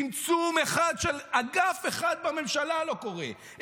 צמצום אחד של אגף אחד בממשלה לא קורה,